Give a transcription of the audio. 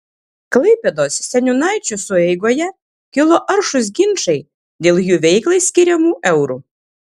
klaipėdos seniūnaičių sueigoje kilo aršūs ginčai dėl jų veiklai skiriamų eurų